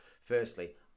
firstly